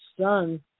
son